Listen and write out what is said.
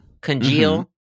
congeal